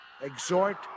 exhort